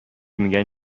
میگن